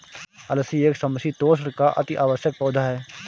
अलसी एक समशीतोष्ण का अति आवश्यक पौधा है